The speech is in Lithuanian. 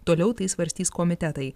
toliau tai svarstys komitetai